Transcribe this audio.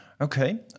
Okay